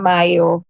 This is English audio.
Mayo